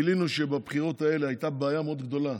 גילינו שבבחירות האלה הייתה בעיה מאוד גדולה